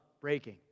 breaking